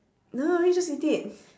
don't worry just eat it